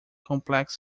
complex